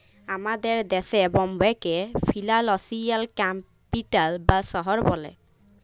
আমাদের দ্যাশে বম্বেকে ফিলালসিয়াল ক্যাপিটাল বা শহর ব্যলে